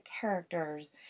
characters